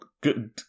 good